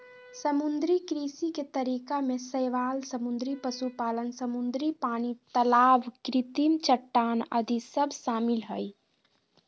समुद्री कृषि के तरीका में शैवाल समुद्री पशुपालन, समुद्री पानी, तलाब कृत्रिम चट्टान आदि सब शामिल हइ